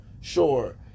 Sure